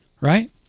Right